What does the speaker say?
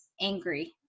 angry